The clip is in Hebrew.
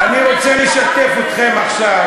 הראש נמצא שמה.